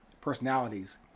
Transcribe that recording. personalities